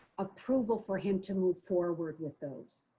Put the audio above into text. approval for him to move forward with those